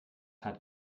hat